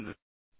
ஏன்